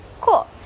cool